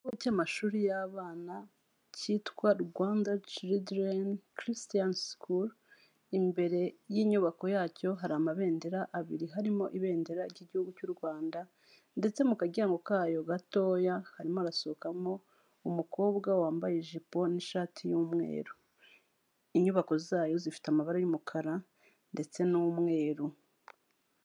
Ikigo cy'amashuri y'abana cyitwa Rwanda ciridireni kirisitiyani sikulu, imbere y'inyubako yacyo hari amabendera abiri, harimo ibendera ry'igihugu cy'u Rwanda ndetse mu karyango kayo gatoya, harimo harasohokamo umukobwa wambaye ijipo n'ishati y'umweru, inyubako zayo zifite amabara y'umukara ndetse n'umweru.